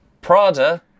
Prada